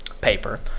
paper